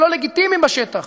הלא-לגיטימיים בשטח,